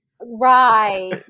Right